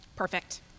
perfect